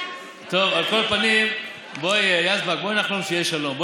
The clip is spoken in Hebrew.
טוב, על כל פנים, יזבק, בואי נחלום שיהיה שלום.